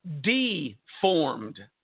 deformed